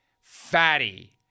fatty